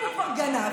אם הוא כבר גנב,